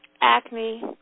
acne